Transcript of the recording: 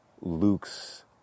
Luke's